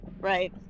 right